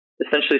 essentially